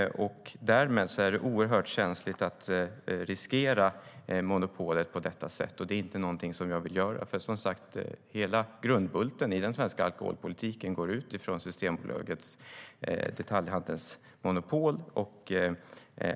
Därmed är det oerhört känsligt att riskera monopolet på detta sätt. Det är inte någonting som jag vill göra. Hela grundbulten i den svenska alkoholpolitiken utgår från Systembolagets detaljhandelsmonopol.